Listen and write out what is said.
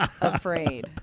afraid